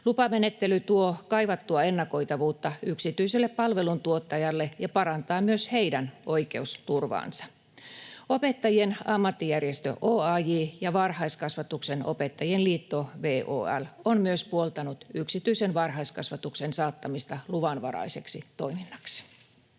Lupamenettely tuo kaivattua ennakoitavuutta yksityiselle palveluntuottajalle ja parantaa myös heidän oikeusturvaansa. Opettajien ammattijärjestö OAJ ja Varhaiskasvatuksen Opettajien Liitto VOL ovat myös puoltaneet yksityisen varhaiskasvatuksen saattamista luvanvaraiseksi toiminnaksi.